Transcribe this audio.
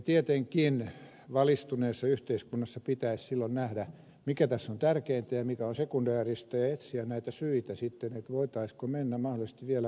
tietenkin valistuneessa yhteiskunnassa pitäisi silloin nähdä mikä tässä on tärkeintä ja mikä on sekundääristä ja etsiä näitä syitä voitaisiinko mennä mahdollisesti vielä vähän pitemmälle